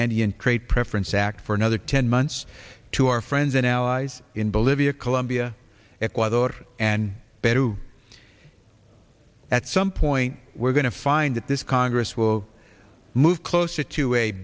andean trade preference act for another ten months to our friends and allies in bolivia colombia ecuador and better to at some point we're going to find that this congress will move closer to a